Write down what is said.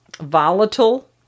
volatile